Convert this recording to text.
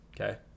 okay